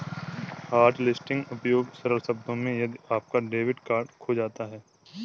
hotlisting उपयोग सरल शब्दों में यदि आपका डेबिट कार्ड खो जाता है